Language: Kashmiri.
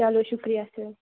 چلو شُکریہ سَر